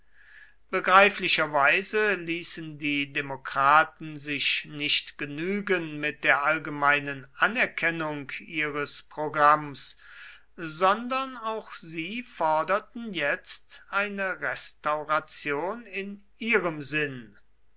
begreiflicherweise ließen die demokraten sich nicht genügen mit der allgemeinen anerkennung ihres programms sondern auch sie forderten jetzt eine restauration in ihrem sinn